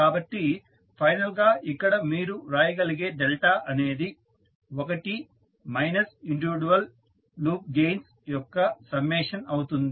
కాబట్టి ఫైనల్ గా ఇక్కడ మీరు వ్రాయగలిగే డెల్టా అనేది ఒకటి మైనస్ ఇండివిడ్యువల్ లూప్ గెయిన్స్ యొక్క సమ్మేషన్ అవుతుంది